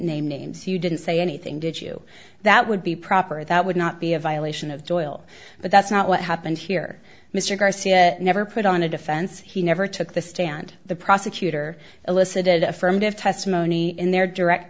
name names you didn't say anything did you that would be proper that would not be a violation of doyle but that's not what happened here mr garcia never put on a defense he never took the stand the prosecutor elicited affirmative testimony in their direct